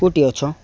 କୋଉଠି ଅଛ